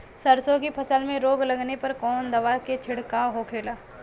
सरसों की फसल में रोग लगने पर कौन दवा के छिड़काव होखेला?